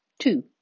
Two